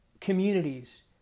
communities